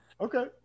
Okay